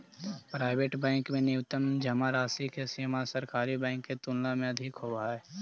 private bank में न्यूनतम जमा राशि के सीमा सरकारी बैंक के तुलना में अधिक होवऽ हइ